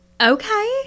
okay